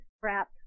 crap